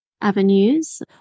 avenues